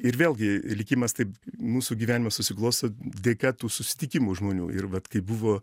ir vėlgi likimas taip mūsų gyvenime susiklosto dėka tų susitikimų žmonių ir vat kai buvo